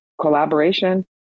collaboration